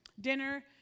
dinner